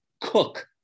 cook